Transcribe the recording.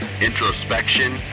introspection